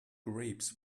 grapes